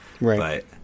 Right